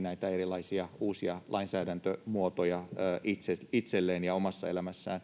näitä erilaisia uusia lainsäädäntömuotoja itselleen ja omassa elämässään